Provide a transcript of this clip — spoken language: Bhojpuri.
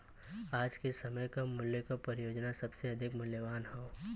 आज के समय क मूल्य क परियोजना सबसे अधिक मूल्यवान हौ